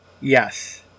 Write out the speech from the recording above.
Yes